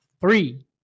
three